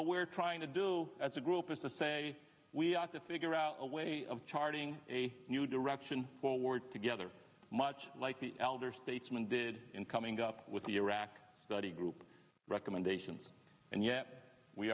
what we're trying to do as a group is to say we have to figure out a way of charting a new direction ward together much like the elder statesman did in coming up with the iraq study group recommendations and yet we